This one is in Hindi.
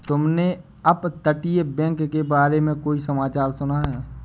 तुमने अपतटीय बैंक के बारे में कोई समाचार सुना है?